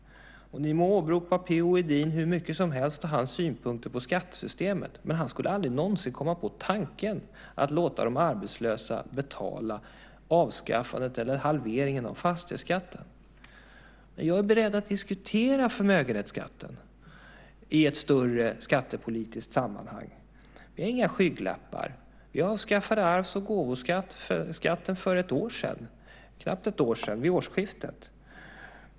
Ni må åberopa P.-O. Edin och hans synpunkter på skattesystemet hur mycket som helst, men han skulle aldrig någonsin komma på tanken att låta de arbetslösa betala avskaffandet eller halveringen av förmögenhetsskatten. Men jag är beredd att diskutera förmögenhetsskatten i ett större skattepolitiskt sammanhang. Det är inga skygglappar. Vi avskaffade arvs och gåvoskatten för knappt ett år sedan, vid årsskiftet.